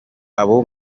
abo